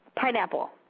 Pineapple